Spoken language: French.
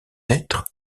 être